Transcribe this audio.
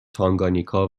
تانگانیکا